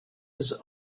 his